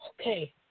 Okay